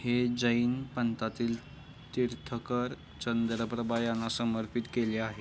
हे जैन पंथातील तीर्थकर चंद्रप्रभा यांना समर्पित केले आहे